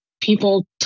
people